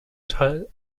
teil